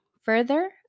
further